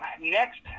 next